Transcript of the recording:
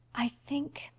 i think,